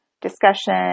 discussion